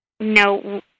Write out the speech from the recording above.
No